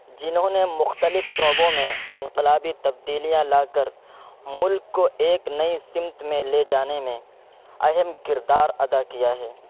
جنہوں نے مختلف شعبوں میں انقلابی تبدیلیاں لا کر ملک کو ایک نئی سمت میں لے جانے میں اہم کردار ادا کیا ہے